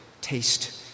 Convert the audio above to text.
taste